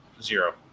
Zero